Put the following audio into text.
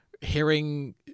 hearing